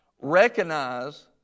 recognize